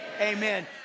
amen